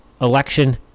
Election